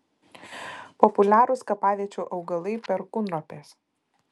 populiarūs kapaviečių augalai perkūnropės